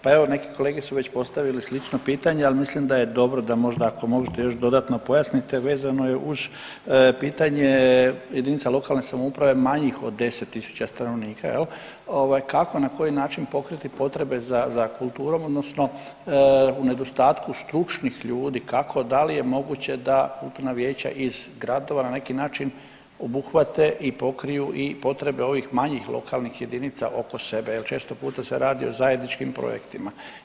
Pa evo neki kolege su već postavili slično pitanje, ali mislim da je dobro da možda, ako možete još dodatno pojasniti, a vezano je uz pitanje jedinica lokalne samouprave manjih od 10 tisuća stanovnika, je li, kako i na koji način pokriti potrebe za kulturom, odnosno u nedostatku stručnih ljudi, kako, da li je moguće da kulturna vijeća iz gradova na neki način obuhvate i pokriju i potrebe ovih manjih lokalnih jedinica oko sebe jer često puta se radi o zajedničkim projektima.